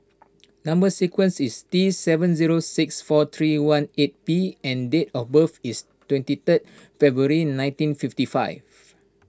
Number Sequence is T seven zero six four three one eight P and date of birth is twenty third February nineteen fifty five